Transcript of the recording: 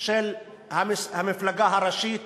של המפלגה הראשית